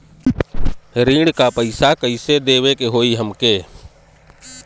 ऋण का पैसा कइसे देवे के होई हमके?